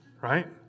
Right